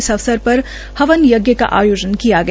इस अवसर पर हवन यज्ञ का आयोजन किया गया